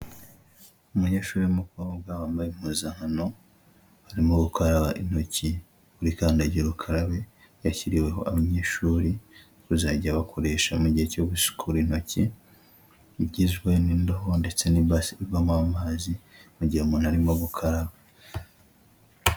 Umunyeshuri w'umukobwa bambaye impuzankano arimo gukaraba intoki kuri kandagira ukarabe yashyiriweho abanyeshuri yo kuzajya bakoresha mu gihe cyo gusukura intoki, bigizwe n'indobo ndetse n'ibasi irwamo amazi mu gihe umuntu arimo gukaraba.